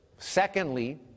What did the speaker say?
Secondly